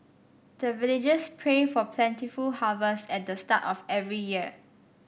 the villagers pray for plentiful harvest at the start of every year